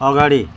अगाडि